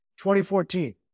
2014